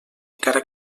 encara